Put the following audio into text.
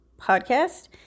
podcast